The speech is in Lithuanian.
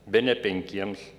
bene penkiems